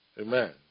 Amen